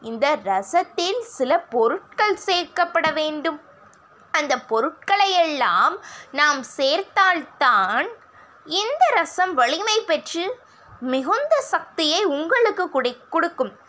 இந்த ரசத்தில் சில பொருட்கள் சேர்க்கப்பட வேண்டும் அந்த பொருட்களை எல்லாம் நாம் சேர்த்தால் தான் இந்த ரசம் வலிமைப்பெற்று மிகுந்த சக்தியை உங்களுக்கு குடிக் கொடுக்கும்